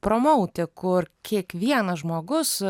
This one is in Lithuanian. promauti kur kiekvienas žmogus